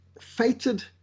fated